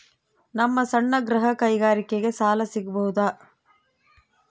ನಮ್ಮ ಸಣ್ಣ ಗೃಹ ಕೈಗಾರಿಕೆಗೆ ಸಾಲ ಸಿಗಬಹುದಾ?